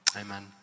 Amen